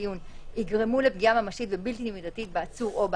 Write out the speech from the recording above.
הדיון יגרמו לפגיעה ממשית ובלתי מידתית בעצור או באסיר,